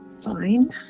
Fine